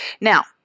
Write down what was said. Now